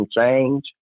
change